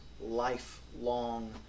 lifelong